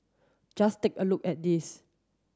just take a look at these